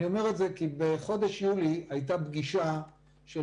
אני אומר את זה כי בחודש יולי הייתה פגישה של